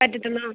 പറ്റത്തുള്ളോ